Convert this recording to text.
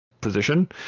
position